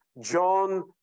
John